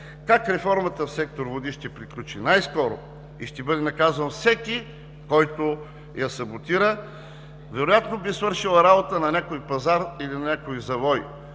как реформата в сектор „Води“ ще приключи най-скоро и ще бъде наказан всеки, който я саботира, вероятно биха свършили работа на някой пазар или на някой завой,